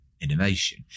innovation